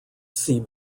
see